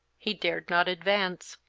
he dared not advance.